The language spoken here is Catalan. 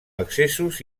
accessos